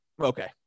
okay